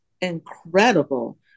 incredible